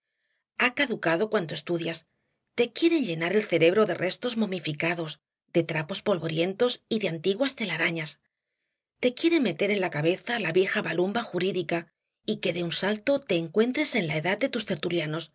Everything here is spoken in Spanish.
ha caducado cuanto estudias te quieren llenar el cerebro de restos momificados de trapos polvorientos y de antiguas telarañas te quieren meter en la cabeza la vieja balumba jurídica y que de un salto te encuentres en la edad de tus tertulianos